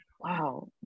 wow